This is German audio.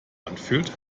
anfühlt